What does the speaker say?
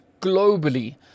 globally